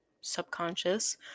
subconscious